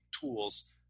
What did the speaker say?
tools